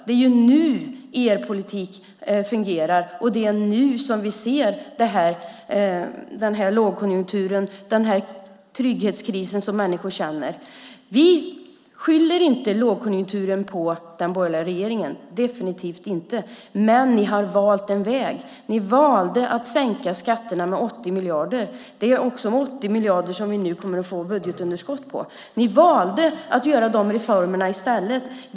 Det är nu den borgerliga regeringens politik fungerar, och det är nu som vi ser den trygghetskris som människor känner av. Vi skyller inte lågkonjunkturen på den borgerliga regeringen, definitivt inte, men ni har valt väg, Anders Borg. Ni valde att sänka skatterna med 80 miljarder. Nu kommer vi att få ett budgetunderskott på 80 miljarder. Ni valde att göra de reformerna.